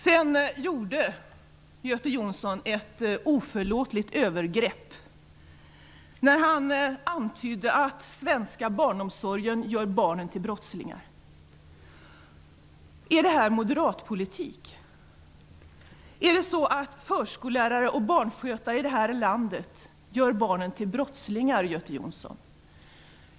Sedan gjorde Göte Jonsson ett oförlåtligt övergrepp när han antydde att den svenska barnomsorgen gör barnen till brottslingar. Är det moderat politik? Är det så att förskollärare och barnskötare i det här landet gör barnen till brottslingar, Göte Jonsson?